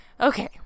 okay